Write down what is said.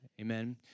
Amen